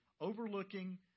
overlooking